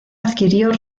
adquirió